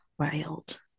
wild